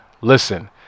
listen